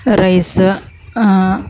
rice